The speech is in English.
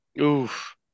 Oof